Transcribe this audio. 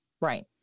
Right